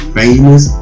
famous